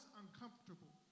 uncomfortable